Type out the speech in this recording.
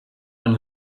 and